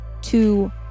Two